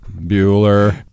bueller